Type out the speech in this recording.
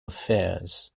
affairs